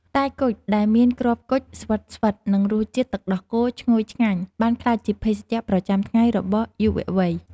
បន្លែបង្ការនៅតាមផ្សារធម្មតាភាគច្រើនត្រូវបាននាំយកមកដោយផ្ទាល់ពីចម្ការរបស់កសិករខ្មែរយើងតែម្ដង។